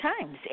times